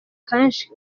kenshi